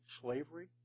slavery